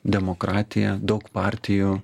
demokratija daug partijų